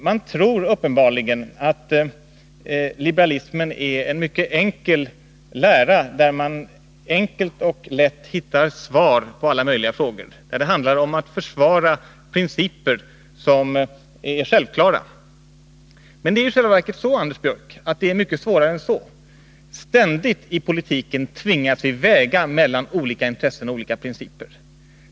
Man tror uppenbarligen att liberalismen är en mycket enkel lära, där man lätt hittar svar på alla möjliga frågor, där det handlar om att försvara principer som är självklara. Men i själva verket, Anders Björck, är det mycket svårare än så. Ständigt tvingas vi i politiken att göra avvägningar mellan olika intressen och olika principer.